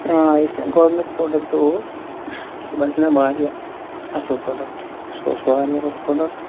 یُس مےٚ گۄڈنیُک پرٛوڈکٹ اوس سُہ باسیو مےٚ وارِیاہ اصٕل پرٛوڈکٹ سُہ اوس وارِیاہ رُت پرٛوڈکٹ